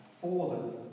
fallen